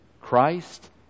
Christ